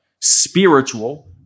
spiritual